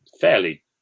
fairly